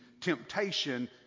temptation